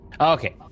Okay